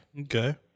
Okay